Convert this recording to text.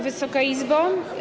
Wysoka Izbo!